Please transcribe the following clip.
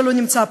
שלא נמצא פה,